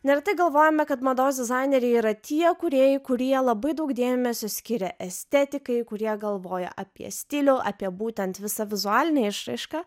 neretai galvojame kad mados dizaineriai yra tie kūrėjai kurie labai daug dėmesio skiria estetikai kurie galvoja apie stilių apie būtent visa vizualinė išraiška